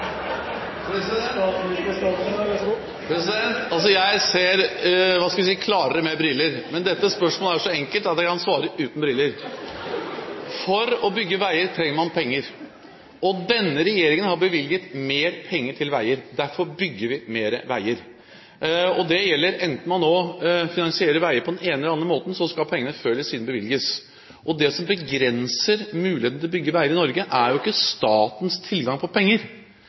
at statsministeren har fått nye Clark Kent-briller: Ser han på dette med nye augo no? Jeg ser – hva skal jeg si – klarere med briller, men dette spørsmålet er så enkelt at jeg kan svare uten briller. For å bygge veier trenger man penger, og denne regjeringen har bevilget mer penger til veier. Derfor bygger vi mer veier. Enten man nå finansierer veier på den ene eller på den andre måten, skal pengene før eller siden bevilges. Det som begrenser muligheten til å bygge veier i Norge, er ikke statens tilgang på